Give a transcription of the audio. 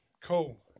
cool